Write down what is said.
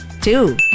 Two